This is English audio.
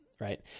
Right